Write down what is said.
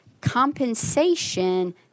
compensation